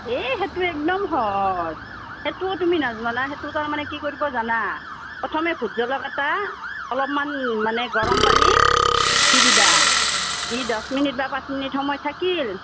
হেই সেইটো একদম সহজ সেইটোও তুমি নাজানা না সেইটো তাৰমানে কি কৰিবা জানা প্ৰথমে ভোট জলকীয়াটা অলপমান মানে গৰম পানীত দি দিবা দি দহ মিনিট বা পাঁচ মিনিট সময় থাকিল